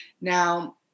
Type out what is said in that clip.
Now